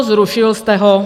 Zrušil jste ho.